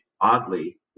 oddly